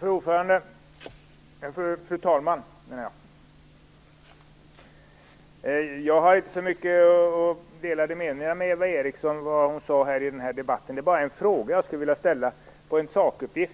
Fru talman! Jag och Eva Eriksson har inte så många delade meningar i den här debatten. Jag skulle bara vilja ställa en fråga om en sakuppgift.